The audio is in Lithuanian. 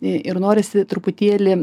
ir norisi truputėlį